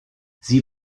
sie